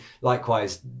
likewise